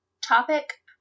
topic